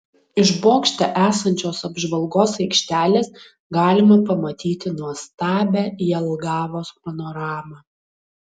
iš bokšte esančios apžvalgos aikštelės galima pamatyti nuostabią jelgavos panoramą